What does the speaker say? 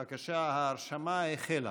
בבקשה, ההרשמה החלה.